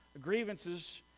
grievances